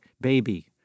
baby